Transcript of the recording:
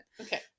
Okay